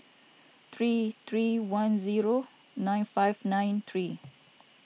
three three one zero nine five nine three